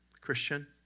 Christian